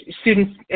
students